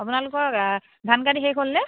আপোনালোকৰ ধান কাটি শেষ হ'লনে